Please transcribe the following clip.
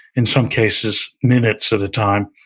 in some cases, minutes at a time,